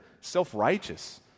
self-righteous